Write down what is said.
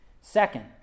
Second